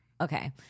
Okay